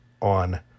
on